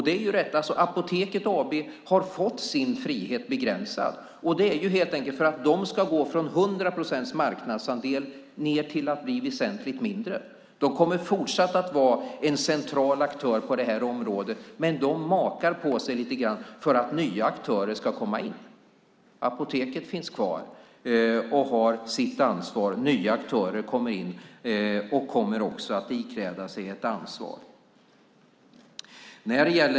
Det är rätt att Apoteket AB har fått sin frihet begränsad. Det beror helt enkelt på att de ska gå från 100 procents marknadsandel ned till att bli väsentligt mindre. Apoteket AB kommer fortsatt att vara en central aktör på området, men de makar på sig lite grann för att nya aktörer ska komma in. Apoteket finns kvar och har sitt ansvar. Nya aktörer kommer in och kommer också att ikläda sig ett ansvar.